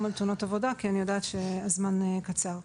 בתאונות עבודה כי אני יודעת שהזמן קצר.